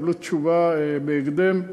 תקבלו תשובה בהקדם.